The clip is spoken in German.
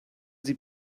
sie